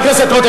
לא נכון,